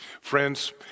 Friends